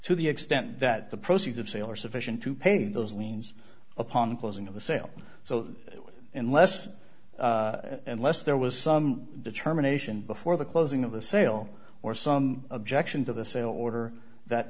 to the extent that the proceeds of sale are sufficient to pay those liens upon closing of the sale so unless unless there was some determination before the closing of the sale or some objection to the sale order that